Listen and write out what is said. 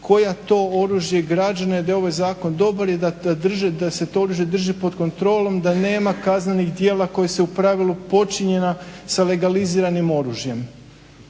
koja to oružje i građane da je ovaj zakon dobar i da se to oružje drži pod kontrolom, da nema kaznenih djela koja su u pravilu počinjena sa legaliziranim oružjem.